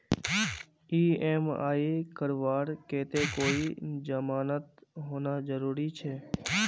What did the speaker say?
EMI करवार केते कोई जमानत होना जरूरी छे?